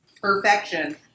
perfection